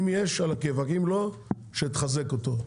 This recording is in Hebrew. אם יש מצוין, אם לא שתחזק אותו.